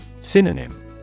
Synonym